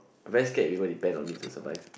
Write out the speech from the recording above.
very scare if you were depends on me in sometimes